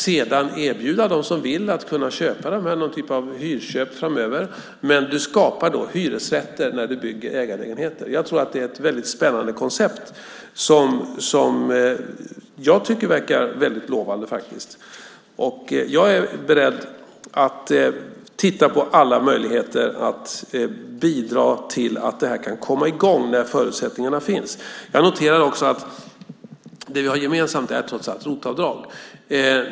Sedan erbjuder man dem som vill att köpa lägenheterna genom någon typ av hyrköp framöver, men du skapar hyresrätter när du bygger ägarlägenheter. Det är ett väldigt spännande koncept som jag faktiskt tycker verkar väldigt lovande. Jag är beredd att titta på alla möjligheter att bidra till att det här kan komma i gång när förutsättningarna finns. Jag noterar också att det vi har gemensamt trots allt är ROT-avdrag.